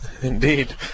Indeed